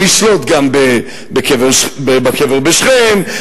נשלוט גם בקבר בשכם,